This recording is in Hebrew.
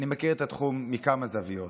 אני מכיר את התחום מכמה זוויות.